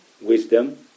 wisdom